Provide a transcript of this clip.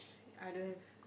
I don't have